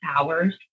hours